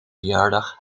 verjaardag